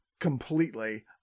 completely